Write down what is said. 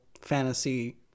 fantasy